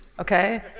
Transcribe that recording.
Okay